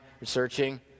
researching